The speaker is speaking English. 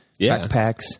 backpacks